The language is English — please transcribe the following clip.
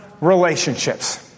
relationships